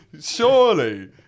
surely